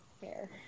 fair